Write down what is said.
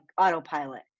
autopilot